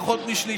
פחות משליש.